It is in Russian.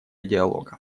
диалога